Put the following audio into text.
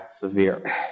severe